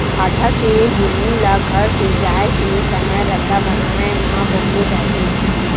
भाठा के मुरमी ल घर सिरजाए के समे रद्दा बनाए म बउरे जाथे